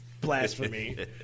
blasphemy